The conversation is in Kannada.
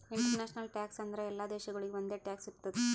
ಇಂಟರ್ನ್ಯಾಷನಲ್ ಟ್ಯಾಕ್ಸ್ ಅಂದುರ್ ಎಲ್ಲಾ ದೇಶಾಗೊಳಿಗ್ ಒಂದೆ ಟ್ಯಾಕ್ಸ್ ಇರ್ತುದ್